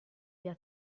via